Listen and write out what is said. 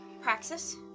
Praxis